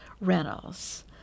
Reynolds